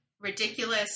ridiculous